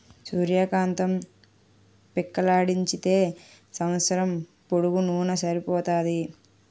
సూర్య కాంతం పిక్కలాడించితే సంవస్సరం పొడుగునూన సరిపోతాది